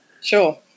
Sure